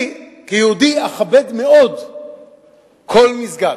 אני, כיהודי, אכבד מאוד כל מסגד,